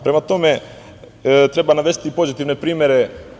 Prema tome, treba navesti i pozitivne primere.